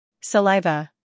Saliva